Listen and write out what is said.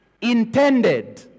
intended